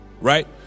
right